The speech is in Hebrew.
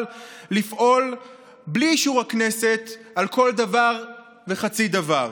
לפעול בלי אישור הכנסת על כל דבר וחצי דבר.